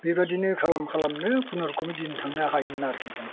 बेबादिनो खालाम खालामनो खुनुरुखुम दिन थांनो हायोमोन आरोखि जों